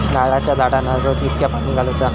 नारळाचा झाडांना रोज कितक्या पाणी घालुचा?